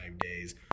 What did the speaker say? days